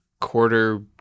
quarter